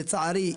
לצערי,